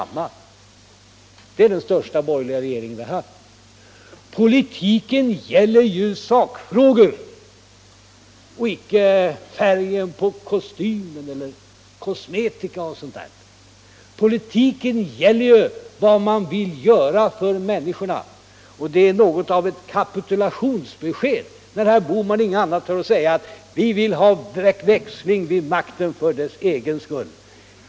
Och detta är den största borgerliga regering vi har haft på senare år. Politiken gäller sakfrågor och inte färgen på kostymen eller kosmetika. Politiken gäller vad man vill göra för människorna. Det är något av ett kapitulationsbesked, när herr Bohman inte har något annat att säga än: Vi vill ha växling vid makten för dess egen skull.